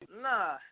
Nah